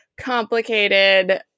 complicated